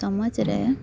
ᱥᱚᱢᱟᱡᱽ ᱨᱮ